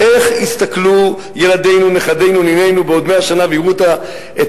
איך יסתכלו ילדינו ונכדינו ונינינו בעוד 100 שנה ויראו את הסרטים,